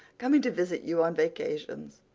coming to visit you on vacations.